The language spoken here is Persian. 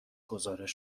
گزارش